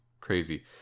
crazy